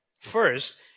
First